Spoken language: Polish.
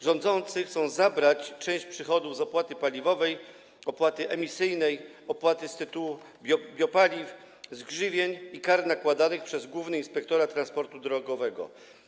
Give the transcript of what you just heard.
Rządzący chcą zabrać część przychodów z opłaty paliwowej, opłaty emisyjnej, opłaty z tytułu biopaliw, z grzywien i kar nakładanych przez Główny Inspektorat Transportu Drogowego.